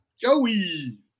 Joey